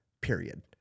period